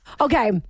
Okay